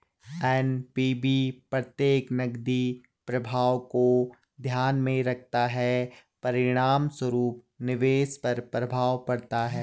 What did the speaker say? NPV प्रत्येक नकदी प्रवाह को ध्यान में रखता है, परिणामस्वरूप निवेश पर प्रभाव पड़ता है